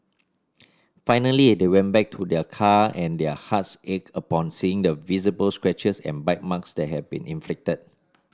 finally they went back to their car and their hearts ached upon seeing the visible scratches and bite marks that had been inflicted